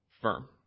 firm